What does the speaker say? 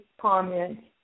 comment